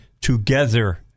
together